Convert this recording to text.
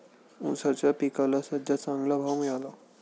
ऊसाच्या पिकाला सद्ध्या चांगला भाव मिळाला